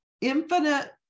Infinite